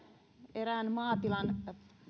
erään maatilan